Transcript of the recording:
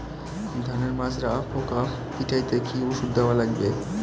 ধানের মাজরা পোকা পিটাইতে কি ওষুধ দেওয়া লাগবে?